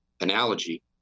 analogy